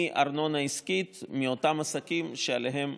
מארנונה עסקית מאותם עסקים שעליהם